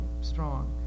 strong